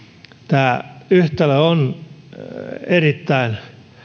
tämä yhtälö on erittäin